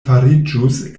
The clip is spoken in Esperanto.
fariĝus